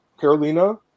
Carolina